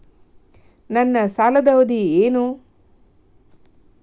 ನನ್ನ ಸಾಲದ ಅವಧಿ ಏನು?